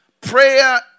Prayer